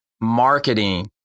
marketing